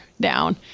down